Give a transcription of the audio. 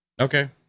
Okay